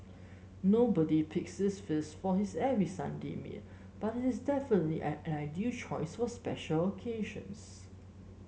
nobody picks this feast for his every Sunday meal but it is definitely an ideal choice for special occasions